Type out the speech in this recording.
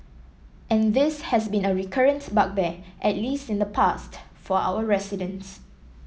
and this has been a recurrent bugbear at least in the past for our residents